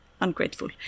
ungrateful